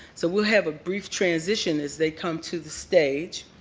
so we'll have a brief transition as they come to the stage.